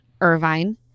Irvine